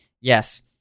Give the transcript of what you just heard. Yes